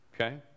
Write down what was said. okay